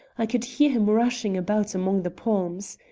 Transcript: i could hear him rushing about among the palms.